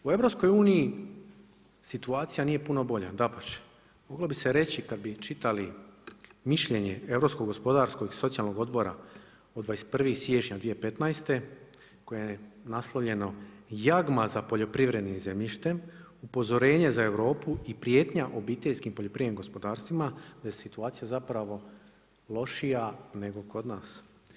U EU, situacija nije puno bolja, dapače moglo bi se reći kad bi čitali mišljenje Europsko-gospodarsko iz socijalnog odbora od 21. siječnja 2015. koje je naslovljeno jagma za poljoprivrednim zemljištem, upozorenje za Europu i prijetnja obiteljskim poljoprivrednim gospodarstvima, da je situacija zapravo lošija nego kod nas.